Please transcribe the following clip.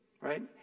Right